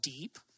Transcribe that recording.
deep